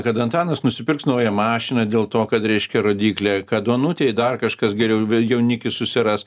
kad antanas nusipirks naują mašiną dėl to kad reiškia rodyklė kad onutei dar kažkas geriau jaunikį susiras